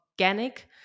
organic